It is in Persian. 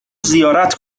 زیارت